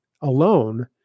alone